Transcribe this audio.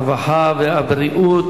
הרווחה והבריאות.